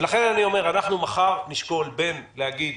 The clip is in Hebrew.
לכן אני אומר שמחר נשקול בין להגיד